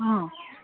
অঁ